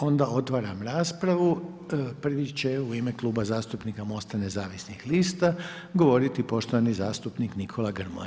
Onda otvaram raspravu, prvi će u ime Kluba zastupnika MOST-a nezavisnih lista govoriti poštovani zastupnik Nikola Grmoja.